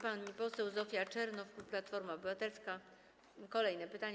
Pani poseł Zofia Czernow, Platforma Obywatelska - kolejne pytanie.